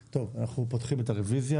טוב, אנחנו פותחים את הרוויזיה.